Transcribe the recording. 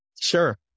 Sure